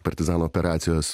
partizanų operacijos